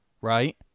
right